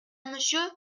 monsieur